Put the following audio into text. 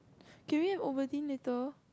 can we have Ovaltine later